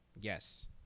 Yes